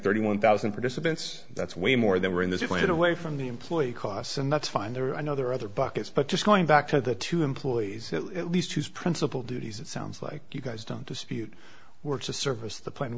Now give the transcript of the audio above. thirty one thousand participants that's way more than were in this it went away from the employee costs and that's fine there are another other buckets but just going back to the two employees at least whose principal duties it sounds like you guys don't dispute were to service the plan